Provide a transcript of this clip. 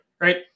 right